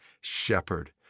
shepherd